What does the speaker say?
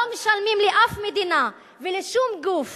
לא משלמים לאף מדינה ולשום גוף